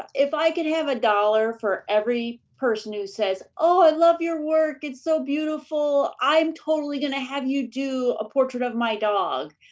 if i could have a dollar for every person who says, oh, i love your work, it's so beautiful, i'm totally gonna have you do a portrait of my dog.